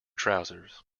trousers